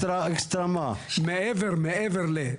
מעבר ל-.